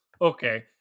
Okay